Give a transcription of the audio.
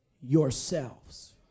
yourselves